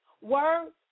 words